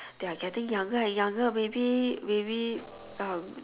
they are getting younger and younger maybe maybe um